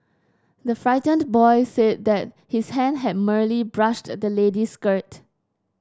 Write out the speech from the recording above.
the frightened boy said that his hand had merely brushed the lady's skirt